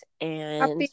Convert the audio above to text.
Happy